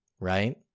right